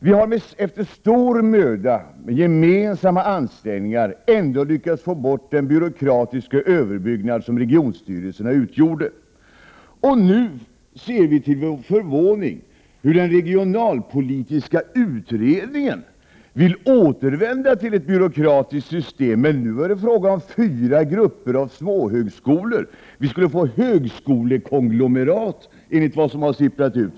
Vi har med stor möda och med gemensamma ansträngningar ändå lyckats att få bort den byråkratiska överbyggnad som regionstyrelserna utgjorde, och nu ser vi till vår förvåning hur den regionalpolitiska utredningen vill återvända till ett byråkratiskt system, men nu är det fråga om fyra grupper av småhögskolor. Vi skulle få högskolekonglomerat, enligt vad som har sipprat ut.